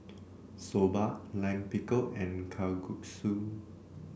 Soba Lime Pickle and Kalguksu